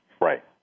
Right